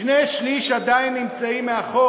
שני-שלישים עדיין נמצאים מאחור.